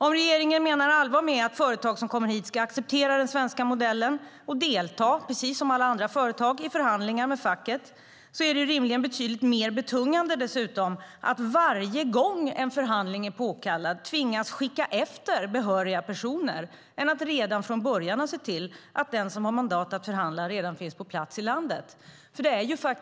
Om regeringen menar allvar med att företag som kommer hit ska acceptera den svenska modellen och delta, precis som alla andra företag, i förhandlingar med facket är det rimligen betydligt mer betungande att varje gång en förhandling är påkallad tvingas skicka efter behöriga personer än att redan från början se till att den som har mandat att förhandla finns på plats i landet.